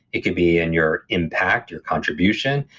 it could be in your impact, your contribution,